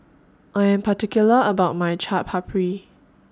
I Am particular about My Chaat Papri